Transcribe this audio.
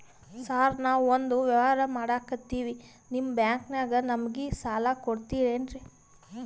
Sir ನಾವು ಒಂದು ವ್ಯವಹಾರ ಮಾಡಕ್ತಿವಿ ನಿಮ್ಮ ಬ್ಯಾಂಕನಾಗ ನಮಿಗೆ ಸಾಲ ಕೊಡ್ತಿರೇನ್ರಿ?